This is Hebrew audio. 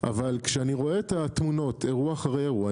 אבל כשאני רואה את התמונות אירוע אחרי אירוע,